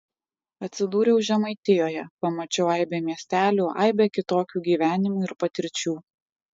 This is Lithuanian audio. atsidūriau žemaitijoje pamačiau aibę miestelių aibę kitokių gyvenimų ir patirčių